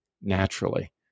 naturally